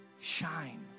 shine